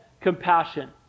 compassion